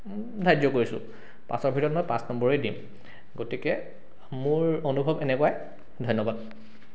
ধাৰ্য কৰিছোঁ পাঁচৰ ভিতৰত মই পাঁচ নম্বৰে দিম গতিকে মোৰ অনুভৱ এনেকুৱাই ধন্যবাদ